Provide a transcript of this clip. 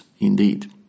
indeed